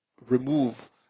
remove